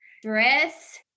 Stress